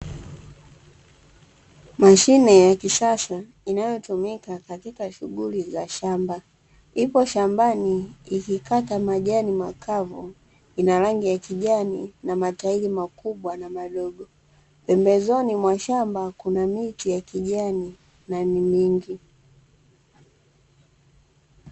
Mashine ya kisasa inayotumika katika shughuli za shamba, ipo shambani ikikata majani makavu, ina rangi ya kijani na matairi makubwa na madogo. Pembezoni mwa shamba kuna miti ya kijani, na ni mingi.